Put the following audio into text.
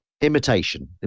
imitation